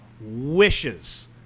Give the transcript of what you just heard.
wishes